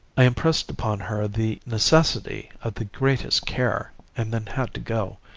i impressed upon her the necessity of the greatest care, and then had to go.